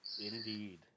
Indeed